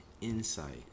insight